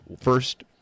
first